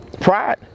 Pride